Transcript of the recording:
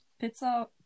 pizza